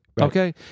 okay